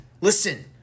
listen